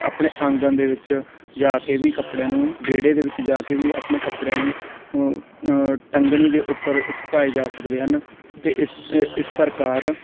ਆਪਣੇ ਆਂਗਨ ਦੇ ਵਿੱਚ ਜਾ ਕੇ ਵੀ ਕੱਪੜਿਆਂ ਨੂੰ ਵਿਹੜੇ ਦੇ ਵਿੱਚ ਜਾ ਕੇ ਵੀ ਆਪਣੇ ਕੱਪੜਿਆਂ ਨੂੰ ਅ ਟੰਗਣੀ ਦੇ ਉੱਪਰ ਸੁਕਾਏ ਜਾ ਸਕਦੇ ਹਨ ਅਤੇ ਇਸ ਅ ਇਸ ਪ੍ਰਕਾਰ